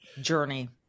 journey